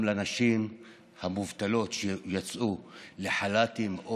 גם לנשים המובטלות שיצאו לחל"ת או